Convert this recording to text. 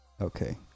Okay